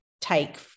take